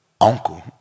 uncle